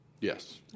Yes